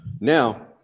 Now